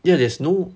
ya there's no